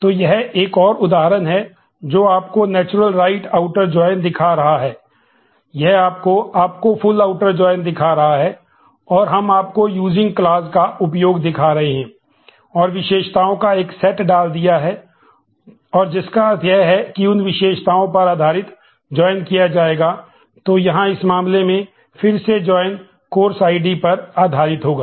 तो यह एक और उदाहरण है जो आपको नेचुरल राइट आउटर जॉइन पर आधारित होगा